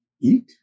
eat